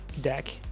deck